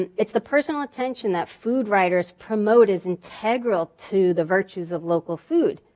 and it's the personal attention that food writers promote as integral to the virtues of local food.